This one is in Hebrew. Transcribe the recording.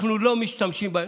אנחנו לא משתמשים בהם,